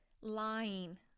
lying